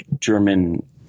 German